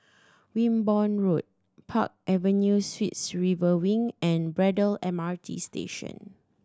Wimborne Road Park Avenue Suites River Wing and Braddell M R T Station